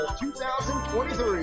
2023